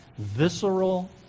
visceral